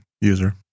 user